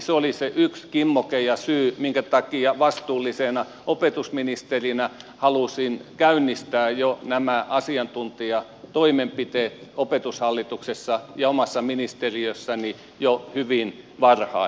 se oli se yksi kimmoke ja syy minkä takia vastuullisena opetusministerinä halusin käynnistää nämä asiantuntijatoimenpiteet opetushallituksessa ja omassa ministeriössäni jo hyvin varhain